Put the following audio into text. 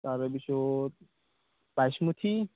তাৰপিছত বাইচমুথী